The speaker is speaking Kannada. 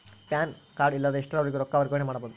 ಪ್ಯಾನ್ ಕಾರ್ಡ್ ಇಲ್ಲದ ಎಷ್ಟರವರೆಗೂ ರೊಕ್ಕ ವರ್ಗಾವಣೆ ಮಾಡಬಹುದು?